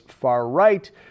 far-right